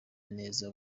neza